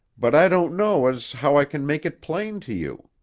but i don't know as how i can make it plain to you.